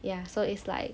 ya so it's like